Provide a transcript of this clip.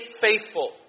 faithful